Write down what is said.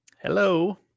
Hello